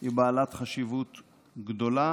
היא בעלת חשיבות גדולה.